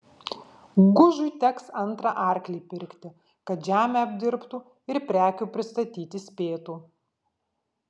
gužui teks antrą arklį pirkti kad žemę apdirbtų ir prekių pristatyti spėtų